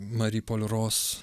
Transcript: mari poliros